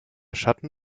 schatten